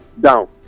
down